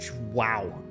Wow